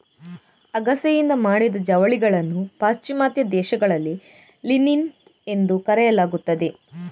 ಅಗಸೆಯಿಂದ ಮಾಡಿದ ಜವಳಿಗಳನ್ನು ಪಾಶ್ಚಿಮಾತ್ಯ ದೇಶಗಳಲ್ಲಿ ಲಿನಿನ್ ಎಂದು ಕರೆಯಲಾಗುತ್ತದೆ